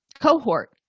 cohort